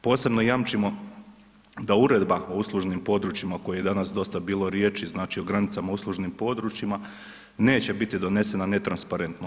Posebno jamčimo da Uredba o uslužnim područjima o kojoj je danas dosta bilo riječi, znači o granicama u uslužnim područjima neće biti donesena netransparentno.